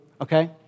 okay